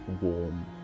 warm